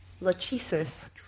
Lachesis